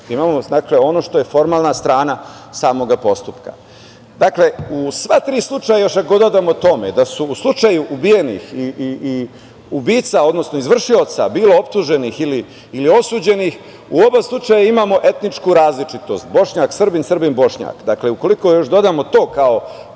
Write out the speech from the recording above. imamo ono što je formalna strana samoga postupka. Dakle, u sva tri slučaja, još ako dodamo tome da je u slučaju ubijenih i ubica, odnosno izvršioca bilo optuženih ili osuđenih u oba slučaja, imamo etničku različitost Bošnjak-Srbin, Srbin-Bošnjak. Dakle, ukoliko još dodamo to kao